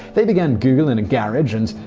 they began google in a garage and,